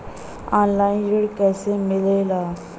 Online ऋण कैसे मिले ला?